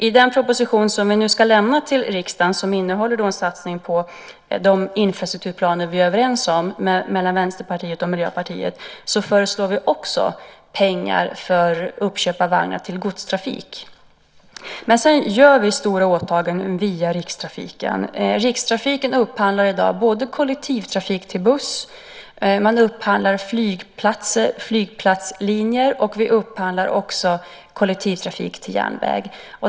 I den proposition som vi nu ska lämna till riksdagen, som innehåller en satsning på de infrastrukturplaner vi är överens om med Vänsterpartiet och Miljöpartiet, föreslår vi också pengar för uppköp av vagnar till godstrafik. Vi gör stora åtaganden via Rikstrafiken. Rikstrafiken upphandlar i dag både kollektivtrafik till buss, flygplatslinjer och kollektivtrafik till järnväg.